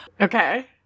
Okay